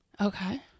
Okay